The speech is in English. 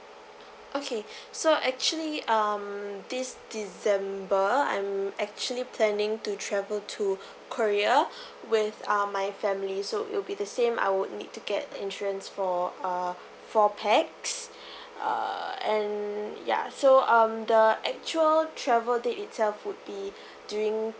okay so actually um this december I'm actually planning to travel to korea with uh my family so it will be the same I would need to get insurance for uh four pax err and ya so um the actual travel date itself would be during